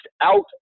out